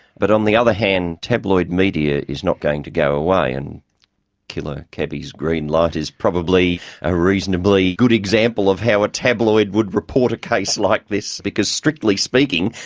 but on the other hand tabloid media is not going to go away, and killer cabbie's green light is probably a reasonably good example of how a tabloid would report a case like this, because, strictly speaking,